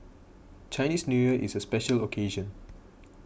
Chinese New Year is a special occasion